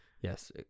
Yes